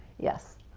yes.